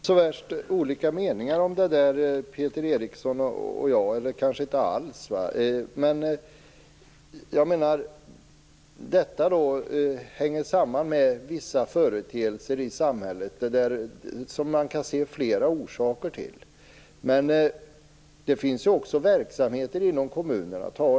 Fru talman! Vi har inte så värst olika meningar om det här, Peter Eriksson och jag. Vi kanske inte har det alls. Jag menar att detta hänger samman med vissa företeelser i samhället som man kan se flera orsaker till. Men det finns ju också andra verksamheter inom kommunerna.